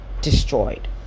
destroyed